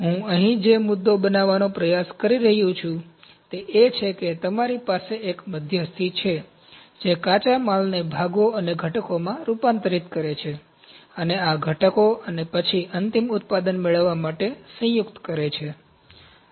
હું અહીં જે મુદ્દો બનાવવાનો પ્રયાસ કરી રહ્યો છું તે એ છે કે તમારી પાસે એક મધ્યસ્થી છે જે કાચા માલને ભાગો અને ઘટકોમાં રૂપાંતરિત કરે છે અને આ ઘટકો અને પછી અંતિમ ઉત્પાદન મેળવવા માટે સંયુક્ત કરે છે